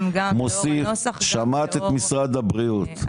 שמעת את משרד הבריאות,